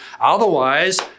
Otherwise